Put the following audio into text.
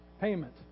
payment